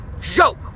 joke